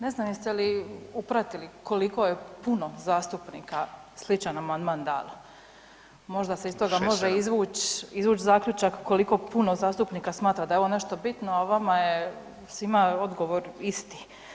Ne znam jeste li upratili koliko je puno zastupnika sličan amandman dalo [[Upadica: 6, 7.]] možda se iz toga može izvući zaključak koliko puno zastupnika smatra da je ovo nešto bitno, a vama je svima odgovor isti.